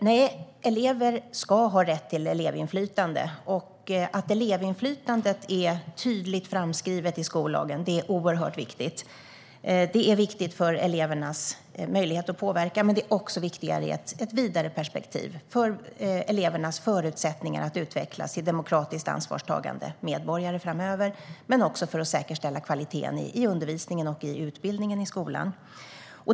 Herr talman! Elever ska ha rätt till elevinflytande. Att elevinflytandet är tydligt inskrivet i skollagen är oerhört viktigt. Det är viktigt för elevernas möjlighet att påverka men också i ett vidare perspektiv för elevernas förutsättningar att utvecklas till demokratiskt ansvarstagande medborgare och för att säkerställa kvaliteten på undervisningen och utbildningen i skolan.